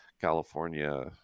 California